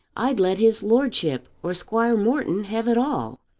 i'd let his lordship or squire morton have it all,